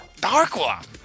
Darkwa